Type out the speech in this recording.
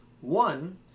One